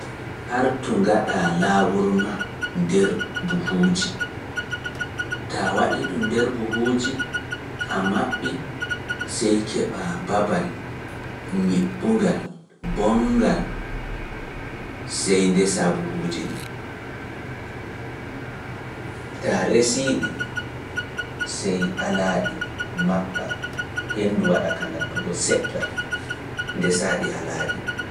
Artu ngaɗaa laawurma nder buhuuji, taa waɗi ɗum nder buhuuji a maɓɓi, sey keɓa babal ñiɓɓungal bonngal, sey ndesa buhuuji ɗin. Ta resii ɗi, sey alaa ɗi maɓɓa, henndu waɗa ka nattugo seɗɗa, ndesa ɗi alaa ɗi.